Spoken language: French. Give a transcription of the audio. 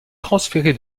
transféré